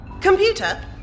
Computer